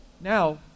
now